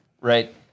right